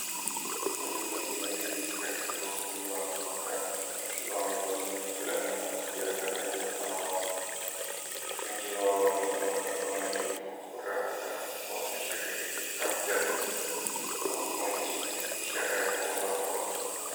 Watu wengi wameketi katika ukumbi wa mkutano wakiwa wamevalia fulana na kofia za rangi ya samawati. Wengi wao wameinua mikono juu kwa furaha wakionekana kuwa wanashiriki ishara ya kuunga mkono.